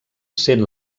sent